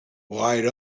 light